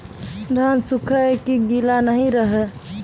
धान सुख ही है की गीला नहीं रहे?